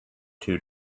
two